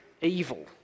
evil